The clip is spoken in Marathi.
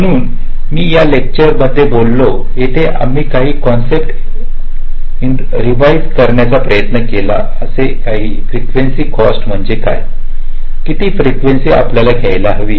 म्हणून जी मी या लेक्चर मध्ये बोलले येथे आम्ही काही कन्सेप्ट इिंटरव्यू करण्याचा प्रयत्न केला असे की फ्रीकेंसी कॉस्ट म्हणजे काय किती फ्रीकेंसी आपल्याला घ्यायला हवी